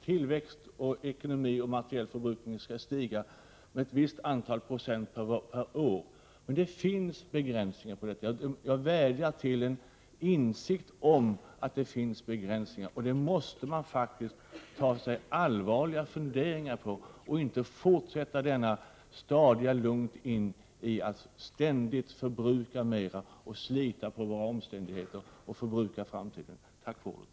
Tillväxt, ekonomi och materiell förbrukning skall stiga med ett visst antal procent per år. Det finns dock begränsningar. Jag vädjar till en insikt härom. Detta måste man ta sig en allvarlig funderare på. Man kan inte fortsätta denna stadiga lunk mot att ständigt förbruka mer, slita på våra resurser och förbruka framtiden. Tack för ordet.